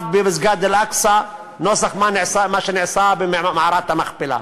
במסגד אל-אקצא נוסח מה שנעשה במערת המכפלה.